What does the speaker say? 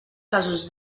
casos